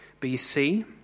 BC